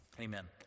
Amen